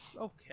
okay